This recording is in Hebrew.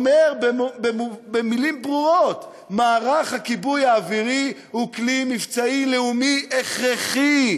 אומר במילים ברורות: מערך הכיבוי האווירי הוא כלי מבצעי לאומי הכרחי.